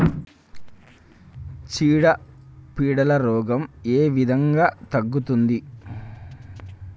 చీడ పీడల రోగం ఏ విధంగా తగ్గుద్ది?